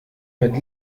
mit